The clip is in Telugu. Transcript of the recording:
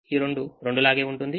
ఈ 2 2 లాగే ఉంటుంది